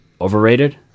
overrated